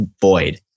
void